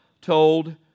told